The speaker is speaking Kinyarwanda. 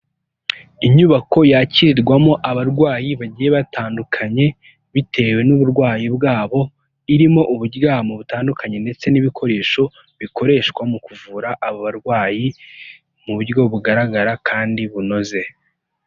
Inyubako yakirirwamo abarwayi bagiye batandukanye bitewe n'uburwayi bwabo, irimo uburyamo butandukanye ndetse n'ibikoresho bikoreshwa mu kuvura abo barwayi mu buryo bugaragara kandi bunoze.